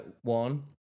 one